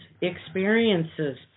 experiences